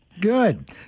Good